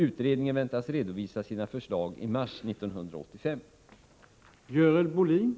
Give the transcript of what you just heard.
Utredningen väntas redovisa sina förslag i mars 1985.